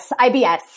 IBS